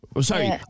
sorry